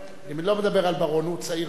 אני לא מדבר על בר-און, הוא צעיר מאוד.